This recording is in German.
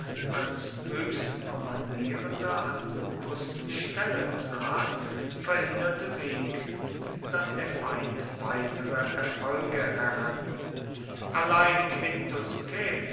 als höchstkommandierender an lupus stelle trat verhinderte wenigstens daß der feind weitere erfolge errang allein quintus